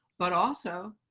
but also,